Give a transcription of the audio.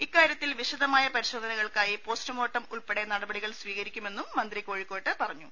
ഇക്കാരൃത്തിൽ വിശദമായ പരിശോധന കൾക്കായി പോസ്റ്റ്മോർട്ടം ഉൾപ്പടെ നടപടികൾ സ്വീകരിക്കുമെന്നും മന്ത്രി കോഴിക്കോട്ട് പാണ്ഞു